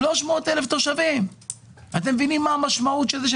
אתם מבינים מה המשמעות של זה?